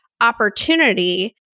opportunity